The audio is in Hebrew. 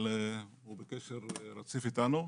אבל הוא בקשר רציף איתנו.